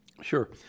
sure